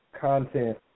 content